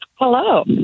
Hello